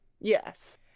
Yes